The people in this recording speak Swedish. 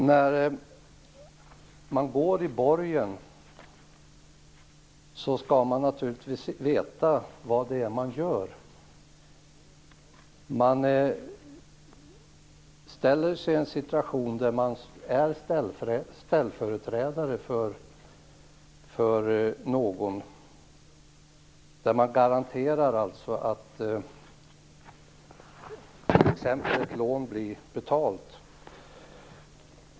Herr talman! När man går i borgen skall man naturligtvis veta vad det är man gör. Man försätter sig i en situation där man är ställföreträdare för någon. Man garanterar alltså att t.ex. ett lån blir betalt.